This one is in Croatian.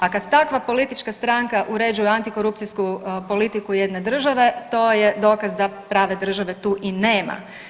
A kad takva politička stranka uređuje antikorupcijsku politiku jedne države, to je dokaz da prave države tu i nema.